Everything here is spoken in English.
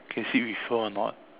can sit with her or not